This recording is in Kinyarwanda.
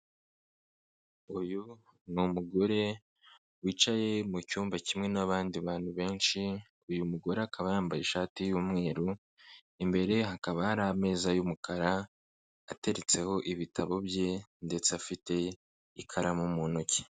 Uyu ni umugore wicaye mu cyumba kimwe n'abandi bantu benshi, uyu mugore akaba yambaye ishati y'umweru, imbere hakaba hari ameza y'umukara ateretseho ibitabo bye ndetse afite ikaramu mu ntoki.